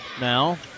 now